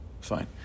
Fine